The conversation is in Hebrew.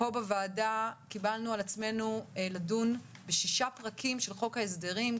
פה בוועדה קיבלנו על עצמנו לדון בשישה פרקים של חוק ההסדרים,